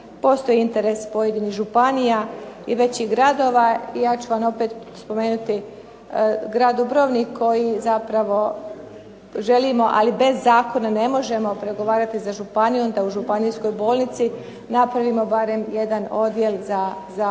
Postoji interes većih županija i većih gradova i ja ću vam opet spomenuti grad Dubrovnik koji zapravo želimo ali bez zakona ne možemo pregovarati za županiju, onda u županijskoj bolnici napravimo barem jedan odjel za terminalne